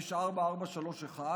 כביש 4431,